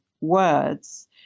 words